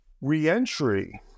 re-entry